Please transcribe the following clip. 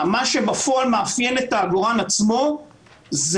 מה שבפועל מאפיין את העגורן עצמו זה